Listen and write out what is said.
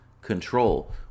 control